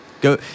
Go